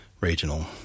regional